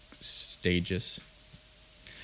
stages